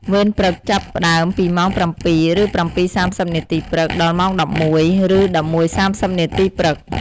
វេនព្រឹកចាប់ផ្ដើមពីម៉ោង៧:០០ឬ ៧:៣០នាទីព្រឹក ដល់ម៉ោង ១១:០០ ឬ ១១:៣០នាទីព្រឹក។